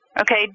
Okay